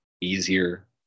easier